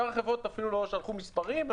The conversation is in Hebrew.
שאר החברות אפילו לא שלחו מספרים.